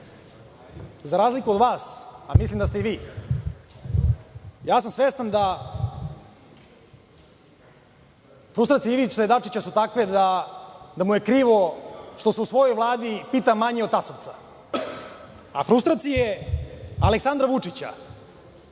za razliku od vas, a mislim da ste i vi, ja sam svestan da frustracije Ivice Dačića su takve da mu je krivo što se u svojoj Vladi pita manje od Tasovca. A, frustracije Aleksandra Vučića